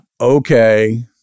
Okay